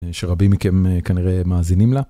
שרבים מכם כנראה מאזינים לה.